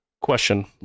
Question